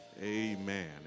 amen